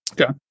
okay